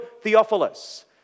Theophilus